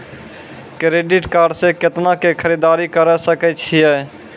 Credit card से कितना के खरीददारी करे सकय छियै?